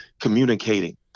communicating